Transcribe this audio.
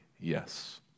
Yes